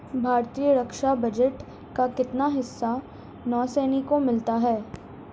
भारतीय रक्षा बजट का कितना हिस्सा नौसेना को मिलता है?